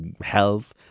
health